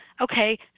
okay